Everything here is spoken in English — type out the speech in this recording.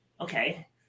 okay